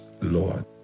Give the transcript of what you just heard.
Lord